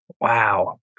Wow